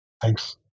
Thanks